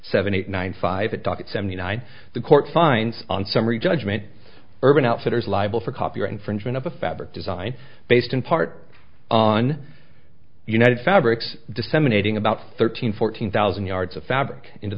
seven eight nine five docket seventy nine the court finds on summary judgment urban outfitters liable for copyright infringement of a fabric design based in part on united fabrics disseminating about thirteen fourteen thousand yards of fabric into